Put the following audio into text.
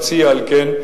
על כן,